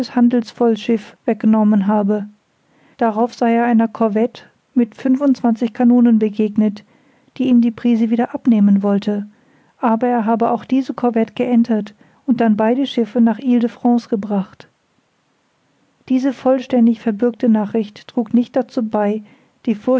handelsvollschiff weggenommen habe darauf sei er einer corvette mit fünfundzwanzig kanonen begegnet die ihm die prise wieder abnehmen wollte aber er habe auch diese corvette geentert und dann beide schiffe nach isle de france gebracht diese vollständig verbürgte nachricht trug nicht dazu bei die